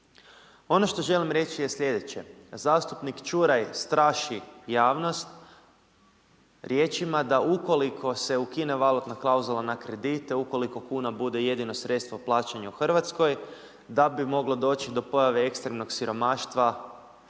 Ono što želim reći je sljedeće, zastupnik Čuraj straši javnost riječima da ukoliko se ukine valutna klauzula na kredite, ukoliko kuna bude jedino sredstvo plaćanje u Hrvatskoj da bi moglo doći do pojave ekstremnog siromaštva,